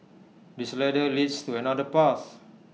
this ladder leads to another path